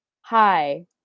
Hi